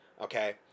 okay